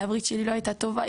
העברית שלי לא הייתה טובה,